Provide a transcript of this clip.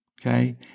Okay